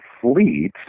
fleet